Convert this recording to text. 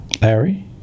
Larry